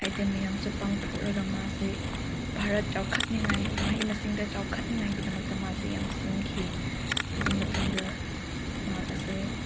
item ꯃꯌꯥꯝꯁꯨ ꯄꯥꯡꯊꯣꯛꯂꯒ ꯃꯥꯁꯦ ꯚꯥꯔꯠ ꯆꯥꯎꯈꯠꯅꯤꯡꯉꯥꯏ ꯃꯍꯩ ꯃꯁꯤꯡꯗ ꯆꯥꯎꯈꯠꯅꯤꯡꯉꯥꯏꯒꯤꯗꯃꯛꯇ ꯃꯥꯁꯦ ꯌꯥꯝ ꯁꯤꯟꯈꯤ ꯑꯗꯨ ꯃꯇꯨꯡꯗ ꯃꯍꯥꯛ ꯑꯁꯦ